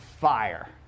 fire